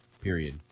period